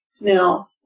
Now